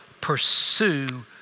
pursue